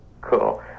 Cool